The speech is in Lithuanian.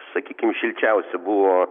sakykim šilčiausia buvo